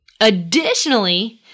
Additionally